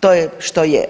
to je što je.